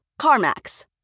CarMax